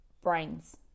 brains